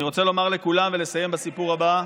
אני רוצה לומר לכולם ולסיים בסיפור הבא,